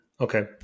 Okay